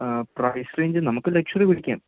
price range നമുക്ക് luxury പിടിക്കാം